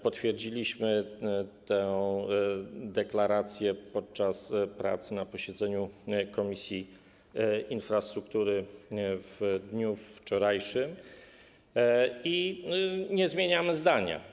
Potwierdziliśmy tę deklarację podczas prac na posiedzeniu Komisji Infrastruktury w dniu wczorajszym i nie zmieniamy zdania.